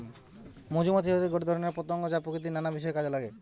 মধুমাছি হতিছে গটে ধরণের পতঙ্গ যা প্রকৃতির নানা বিষয় কাজে নাগে